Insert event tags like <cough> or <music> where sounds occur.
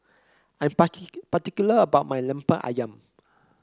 I'm <unintelligible> particular about my lemper ayam